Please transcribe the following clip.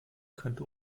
könnte